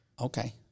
Okay